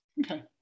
Okay